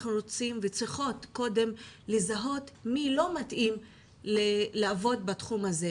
אנחנו צריכות קודם לזהות מי לא מתאים לעבוד בתחום הזה.